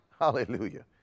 Hallelujah